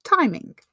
timing